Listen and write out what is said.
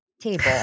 table